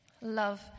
Love